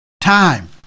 time